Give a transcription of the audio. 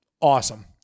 Awesome